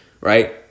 Right